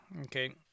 okay